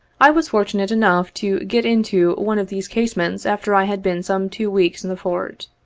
i was fortunate enough to get into one of these casemates after i had been some two weeks in the fort.